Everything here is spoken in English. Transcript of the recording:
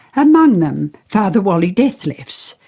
among them, father wally dethlefs,